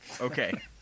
Okay